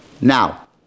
now